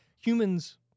humans